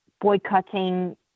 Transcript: boycotting